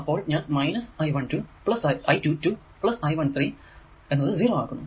അപ്പോൾ ഞാൻ minus I 1 2 plus I 2 2 plus I 1 3 0 എന്നത് 0 ആക്കുന്നു